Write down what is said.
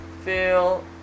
feel